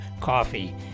coffee